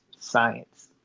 science